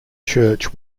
church